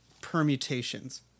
permutations